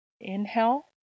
Inhale